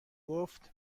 گفت